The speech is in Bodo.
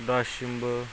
दासिमबो